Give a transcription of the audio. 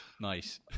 Nice